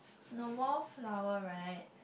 you know wallflower right